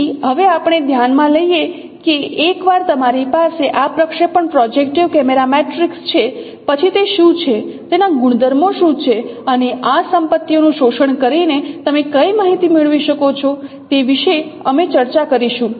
તેથી હવે આપણે ધ્યાનમાં લઈએ કે એકવાર તમારી પાસે આ પ્રક્ષેપણ પ્રોજેક્ટીવ કેમેરા મેટ્રિક્સ છે પછી તે શું છે તેના ગુણધર્મો શું છે અને આ સંપત્તિઓનું શોષણ કરીને તમે કઈ માહિતી મેળવી શકો છો તે વિશે અમે ચર્ચા કરીશું